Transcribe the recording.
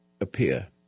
appear